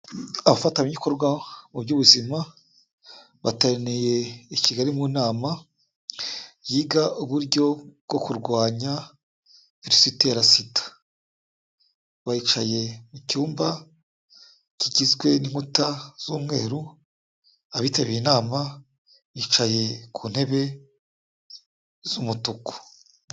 Abafatanyabikorwa mu by'ubuzima bateraniye i Kigali mu nama yiga uburyo bwo kurwanya virusi itera SIDA. Bacaye mu cyumba kigizwe n'inkuta z'umweru, abitabiriye inama bicaye ku ntebe z'umutuku.